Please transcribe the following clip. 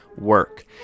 work